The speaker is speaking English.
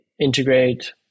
integrate